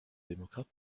démocrate